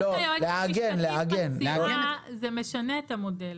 מה שנעה מציעה משנה את המודל.